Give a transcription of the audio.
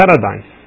paradise